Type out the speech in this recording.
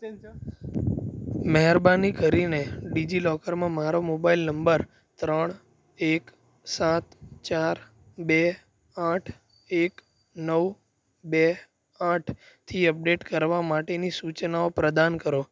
મહેરબાની કરીને ડિજિલોકરમાં મારો મોબાઇલ નંબર ત્રણ એક સાત ચાર બે આઠ એક નવ બે આઠ થી અપડેટ કરવા માટેની સૂચનાઓ પ્રદાન કરો